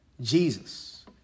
Jesus